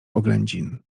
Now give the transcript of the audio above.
oględzin